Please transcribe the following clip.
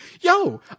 Yo